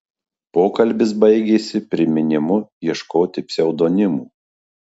pokalbis baigėsi priminimu ieškoti pseudonimų